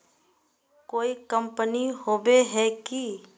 कोई कंपनी होबे है की?